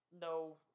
No